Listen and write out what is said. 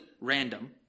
random